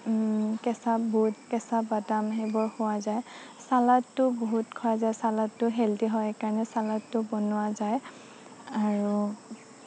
কেঁচা বুট কেঁচা বাদাম সেইবোৰ খোৱা যায় চালাডটোও বহুত খোৱা যায় চালাডটোও হেল্ডি হয় সেইকাৰণে চালাডটোও বনোৱা যায় আৰু